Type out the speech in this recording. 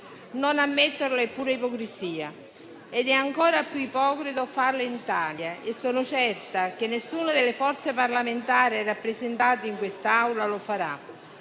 Non ammetterlo è pura ipocrisia ed è ancora più ipocrita farlo in Italia - e sono certa che nessuna delle forze parlamentari rappresentate in quest'Aula lo farà